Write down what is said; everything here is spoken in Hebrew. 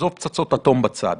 עזוב פצצות אטום בצד.